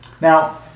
Now